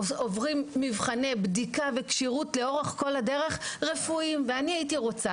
עוברים מבחני בדיקה וכשירות לאורך כל הדרך אני הייתי רוצה